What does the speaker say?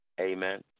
Amen